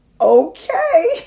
Okay